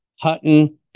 Hutton